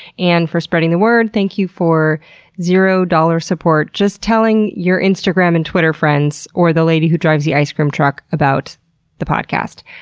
and for spreading the word. thank you for zero dollars support just telling your instagram and twitter friends or the lady who drives the ice cream truck about the podcast.